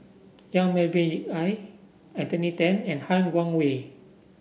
Yong Melvin Yik Chye Anthony Then and Han Guangwei